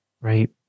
right